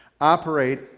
operate